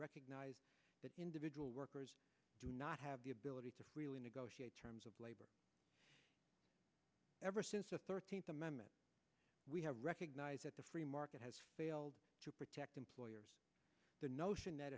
recognize that individual workers do not have the ability to really negotiate terms of labor ever since the thirteenth amendment we have recognized that the free market has failed to protect employers the notion that